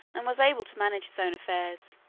and was able to manage his own affairs.